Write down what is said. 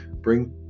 bring